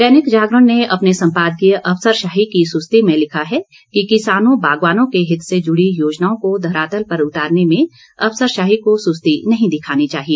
दैनिक जागरण ने अपने संपादकीय अफसरशाही की सुस्ती में लिखा है कि किसानों बागवानों के हित से जुड़ी योजनाओं को धरातल पर उतारने में अफसरशाही को सुस्ती नहीं दिखानी चाहिए